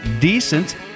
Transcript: Decent